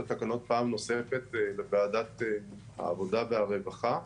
התקנות פעם נוספת לוועדת העבודה והרווחה.